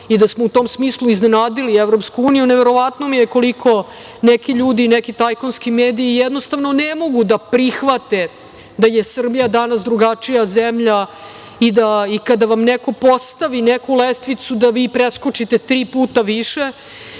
i da smo u tom smislu iznenadili EU. Neverovano mi je koliko neki ljudi i neki tajkunski mediji jednostavno ne mogu da prihvate da je Srbija danas drugačija zemlja i da i kada vam neko postavi neku lestvicu da vi preskočite tri puta više.